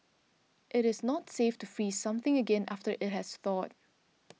it is not safe to freeze something again after it has thawed